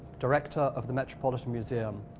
director of the metropolitan museum.